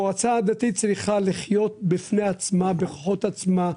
המועצה הדתית צריכה לחיות בפני עצמה, בכוחות עצמה,